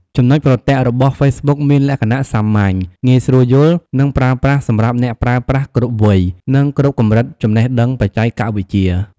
ចំណុចប្រទាក់ របស់ហ្វេសប៊ុកមានលក្ខណៈសាមញ្ញ ងាយស្រួលយល់ និងប្រើប្រាស់សម្រាប់អ្នកប្រើប្រាស់គ្រប់វ័យ និងគ្រប់កម្រិតចំណេះដឹងបច្ចេកវិទ្យា។